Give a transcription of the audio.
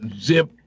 zip